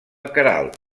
queralt